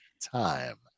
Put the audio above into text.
time